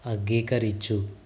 అంగీకరించు